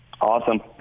Awesome